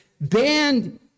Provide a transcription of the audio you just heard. banned